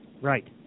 Right